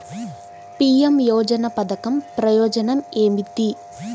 PM యోజన పధకం ప్రయోజనం ఏమితి?